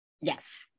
Yes